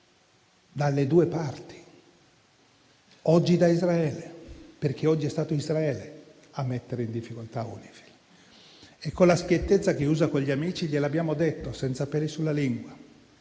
dalle due parti. Oggi, da Israele, perché oggi è stato Israele a metterla in difficoltà e, con la schiettezza che si usa con gli amici, gliel'abbiamo detto senza peli sulla lingua: